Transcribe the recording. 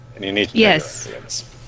Yes